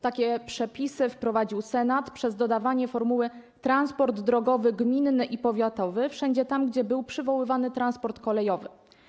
Takie przepisy wprowadził Senat przez dodanie formuły „transport drogowy gminny i powiatowy” wszędzie tam, gdzie był przywoływany transport kolejowy.